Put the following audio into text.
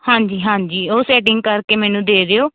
ਹਾਂਜੀ ਹਾਂਜੀ ਉਹ ਸੈਟਿੰਗ ਕਰਕੇ ਮੈਨੂੰ ਦੇ ਦਿਓ